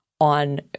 on